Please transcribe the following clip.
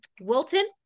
Wilton